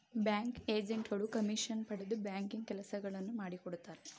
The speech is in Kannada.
ಬ್ಯಾಂಕ್ ಏಜೆಂಟ್ ಗಳು ಕಮಿಷನ್ ಪಡೆದು ಬ್ಯಾಂಕಿಂಗ್ ಕೆಲಸಗಳನ್ನು ಮಾಡಿಕೊಡುತ್ತಾರೆ